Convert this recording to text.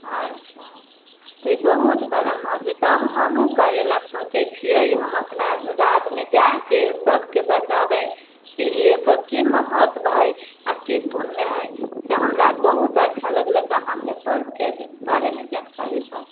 अच्छा तऽ बहुत बड़ा महत्व तब हमहूँ करैलए सोचै छिए ई हम अपना राज्यमे जाकऽ सबके बतेबै कि एकर की महत्व हइ आओर की पुण्य हइ से हमरा बहुत अच्छा लगलै तऽ अहाँके पर्वके बारेमे जानकारी पाके